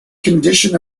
condition